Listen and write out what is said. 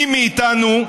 מי מאיתנו,